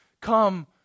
come